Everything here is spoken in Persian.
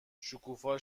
شکوفا